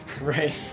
Right